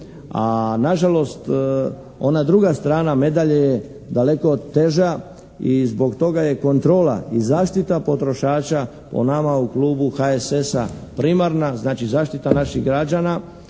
A na žalost, ona druga strana medalje je daleko teža i zbog toga je kontrola i zaštita potrošača po nama u Klubu HSS-a primarna. Znači, zaštita naših građana